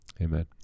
Amen